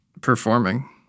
performing